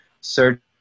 search